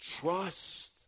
Trust